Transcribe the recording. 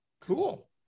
cool